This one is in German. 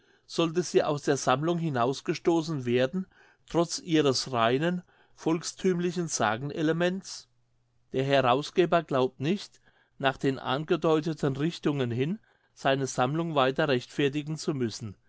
sollte sie aus der sammlung hinausgestoßen werden trotz ihres reinen volksthümlichen sagen elements der herausgeber glaubt nicht nach den angedeuteten richtungen hin seine sammlung weiter rechtfertigen zu müssen